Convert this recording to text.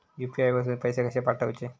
UPI वरसून पैसे कसे पाठवचे?